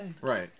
Right